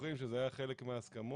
זוכרים שזה היה חלק מההסכמות,